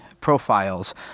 profiles